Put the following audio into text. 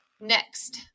next